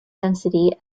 density